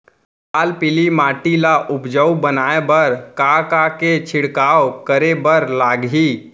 लाल पीली माटी ला उपजाऊ बनाए बर का का के छिड़काव करे बर लागही?